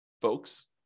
folks